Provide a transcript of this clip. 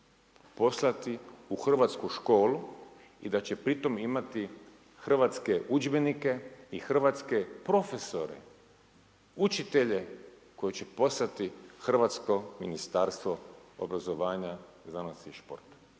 poslati u hrvatsku školu i da će pri tom imati hrvatske udžbenike i hrvatske profesore, učitelje koje će poslati hrvatsko Ministarstvo obrazovanja, znanosti i športa.